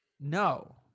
No